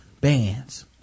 bands